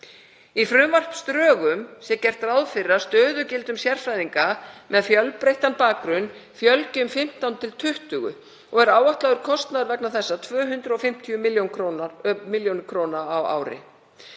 Í frumvarpsdrögum sé gert ráð fyrir að stöðugildum sérfræðinga með fjölbreyttan bakgrunn fjölgi um 15–20 og er áætlaður kostnaður vegna þessa 250 millj. kr. á ári.